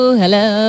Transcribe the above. hello